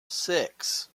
six